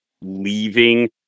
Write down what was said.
leaving